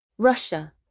Russia